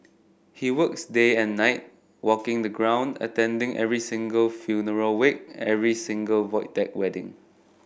he works day and night walking the ground attending every single funeral wake every single Void Deck wedding